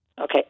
Okay